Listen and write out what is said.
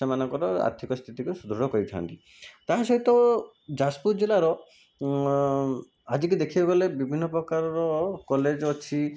ସେମାନଙ୍କର ଆର୍ଥିକ ସ୍ଥିତିକୁ ସୁଦୃଢ଼ କରିଥାନ୍ତି ତା ସହିତ ଯାଜପୁର ଜିଲ୍ଲାର ଆଜିକି ଦେଖିବାକୁ ଗଲେ ବିଭିନ୍ନ ପ୍ରକାରର କଲେଜ ଅଛି